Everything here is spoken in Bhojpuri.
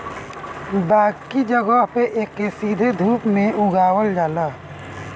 बाकी जगह पे एके सीधे धूप में उगावल जाला